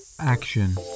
action